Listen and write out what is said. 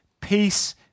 peace